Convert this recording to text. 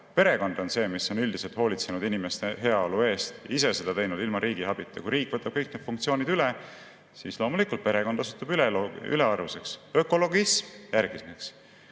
Perekond on see, mis on üldiselt hoolitsenud inimeste heaolu eest, ise seda teinud ilma riigi abita. Kui riik võtab kõik need funktsioonid üle, siis loomulikult perekond osutub ülearuseks. Ökologism järgmiseks: